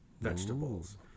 vegetables